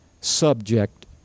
subject